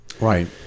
Right